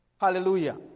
Hallelujah